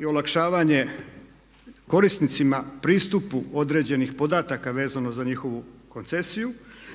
i olakšavanje korisnicima pristupu određenih podataka vezano za njihovu koncesiju